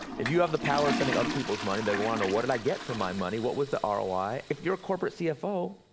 if you have the power of spending other people's money, they wanna know what did i get for my money, what was the um roi? if you're a corporate cfo,